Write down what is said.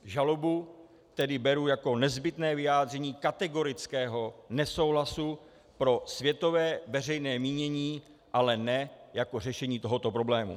Žalobu tedy beru jako nezbytné vyjádření kategorického nesouhlasu pro světové veřejné mínění, ale ne jako řešení tohoto problému.